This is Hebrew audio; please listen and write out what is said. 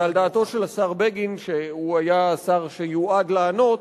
ועל דעתו של השר בגין, שהיה השר שיועד לענות,